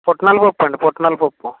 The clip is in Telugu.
పుట్నాల పప్పండి పుట్నాల పప్పు